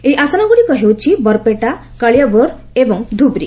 ଏହି ଆସନଗୁଡ଼ିକ ହେଉଛି ବରପେଟା କାଳିଆବୋର୍ ଏବଂ ଧୁବ୍ରୀ